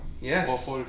Yes